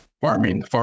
farming